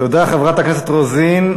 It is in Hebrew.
תודה, חברת הכנסת רוזין.